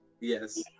Yes